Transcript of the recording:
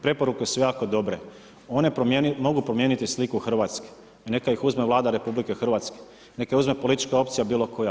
Preporuke su jako dobre, one mogu promijeniti sliku Hrvatske i neka ih uzme Vlada RH, neka ih uzme politička opcija bilo koja.